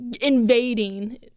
invading